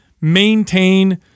maintain